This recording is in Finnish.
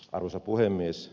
arvoisa puhemies